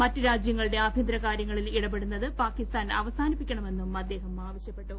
മറ്റു രാജ്യങ്ങളുടെ ആഭ്യന്തര കാര്യങ്ങളിൽ ഇടപെടുന്നത് പാകിസ്ഥാൻ അവസാനിപ്പിക്കണമെന്നും അദ്ദേഹം ആവ്യശ്യപ്പെട്ടു